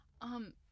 Um-